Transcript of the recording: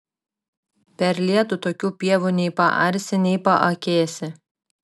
per lietų tokių pievų nei paarsi nei paakėsi